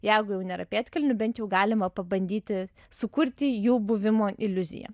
jeigu jau nėra pėdkelnių bent jau galima pabandyti sukurti jų buvimo iliuziją